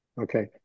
okay